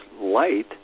light